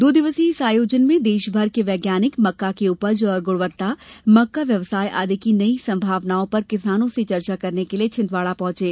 दो दिवसीय इस आयोजन में देश भर के वैज्ञानिक मक्का की उपज और गुणवत्ता मक्का व्यवसाय आदि की नई संभावनाओं पर किसानों से चर्चा करने के लिए छिंदवाड़ा पहुंचे